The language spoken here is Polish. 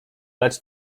lecz